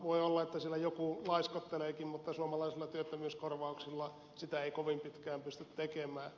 voi olla että siellä joku laiskotteleekin mutta suomalaisilla työttömyyskorvauksilla sitä ei kovin pitkään pysty tekemään